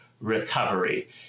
recovery